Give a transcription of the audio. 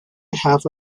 behalf